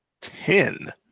ten